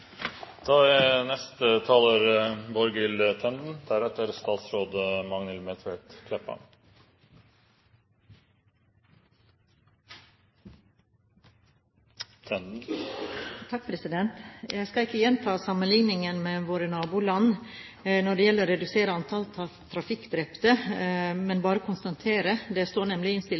Jeg skal ikke gjenta sammenligningen med våre naboland når det gjelder å redusere antall trafikkdrepte, det står nemlig i innstillingen, men bare konstatere at Norge taper i konkurransen om å redusere antallet trafikkdrepte. Det